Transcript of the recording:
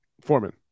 Foreman